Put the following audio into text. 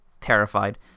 terrified